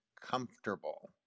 comfortable